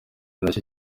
nacyo